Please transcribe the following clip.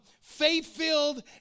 faith-filled